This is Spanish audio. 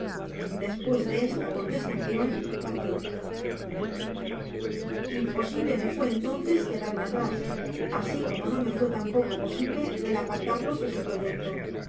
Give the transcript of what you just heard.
despues de esta contestacion partio y imposible me fué entonces quedarme atrás asi como no me fué tampoco posible el apartarlos de su proyecto